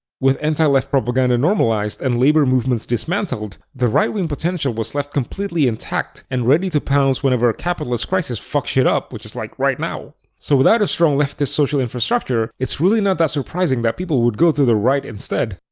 with anti-left propaganda normalized and labor movements dismantled, the right-wing potential was left completely intact and ready to pounce whenever a capitalist crisis fucks shit up, which is like right now. so without a strong leftist social infrastructure, it's really not that surprising that people would go to the right instead.